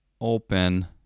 Open